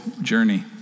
journey